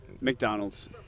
McDonald's